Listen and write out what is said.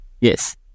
Yes